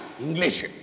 English